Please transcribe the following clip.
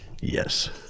yes